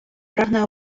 прагне